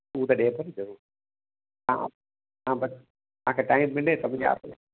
उहो त ॾेबो न ज़रूरु हा हा बस तव्हां खे टाईम मिले त मुंहिंजे आफीस